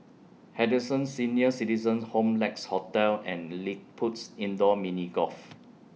Henderson Senior Citizens' Home Lex Hotel and LilliPutt's Indoor Mini Golf